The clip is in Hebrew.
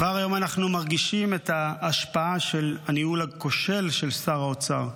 כבר היום אנחנו מרגישים את ההשפעה של הניהול הכושל של שר האוצר.